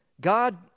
God